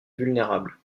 vulnérable